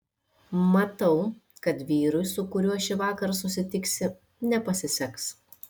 matau kad vyrui su kuriuo šįvakar susitiksi nepasiseks